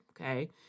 okay